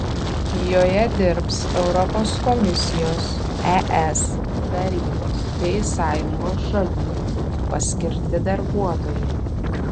joje dirbs europos komisijos es tarybos bei sąjungos šalių paskirti darbuotojai